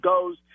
goes